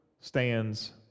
stands